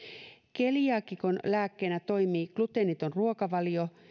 keliaakikon lääkkeenä toimii gluteeniton ruokavalio